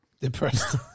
Depressed